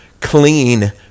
clean